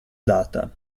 data